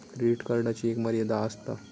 credit कार्डची एक मर्यादा आसता